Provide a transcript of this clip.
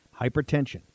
Hypertension